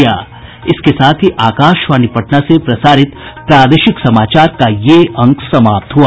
इसके साथ ही आकाशवाणी पटना से प्रसारित प्रादेशिक समाचार का ये अंक समाप्त हुआ